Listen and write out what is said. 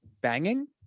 Banging